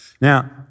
Now